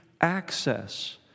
access